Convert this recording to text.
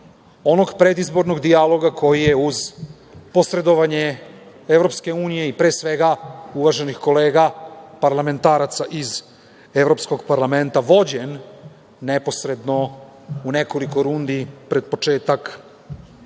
onog predizbornog dijaloga koji je, uz posredovanje EU i, pre svega, uvaženih kolega parlamentaraca iz Evropskog parlamenta, vođen neposredno u nekoliko rundi pred početak